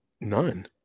none